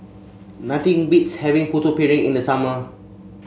nothing beats having Putu Piring in the summer